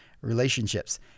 relationships